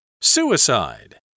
Suicide